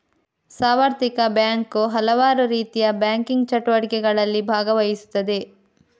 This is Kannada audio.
ಸಾರ್ವತ್ರಿಕ ಬ್ಯಾಂಕು ಹಲವಾರುರೀತಿಯ ಬ್ಯಾಂಕಿಂಗ್ ಚಟುವಟಿಕೆಗಳಲ್ಲಿ ಭಾಗವಹಿಸುತ್ತದೆ